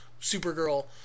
Supergirl